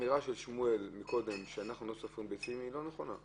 האמירה של שמואל קודם שאנחנו לא סופרים ביצים היא לא נכונה.